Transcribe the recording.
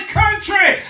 country